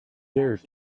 dared